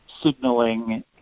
signaling